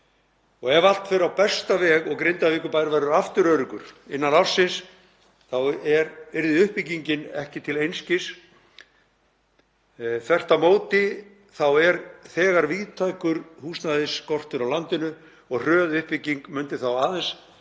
ef allt fer á besta veg og Grindavíkurbær verður aftur öruggur innan ársins yrði uppbyggingin ekki til einskis, þvert á móti er þegar víðtækur húsnæðisskortur á landinu og hröð uppbygging myndi þá aðeins